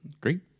Great